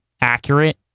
accurate